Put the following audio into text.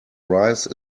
rice